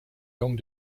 gang